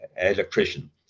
electrician